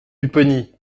pupponi